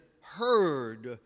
heard